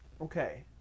Okay